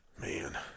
Man